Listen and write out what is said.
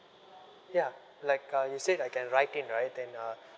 ya like uh you said I can write in right then uh